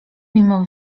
mimo